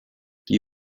die